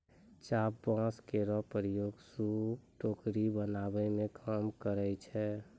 चाभ बांस केरो प्रयोग सूप, टोकरी बनावै मे काम करै छै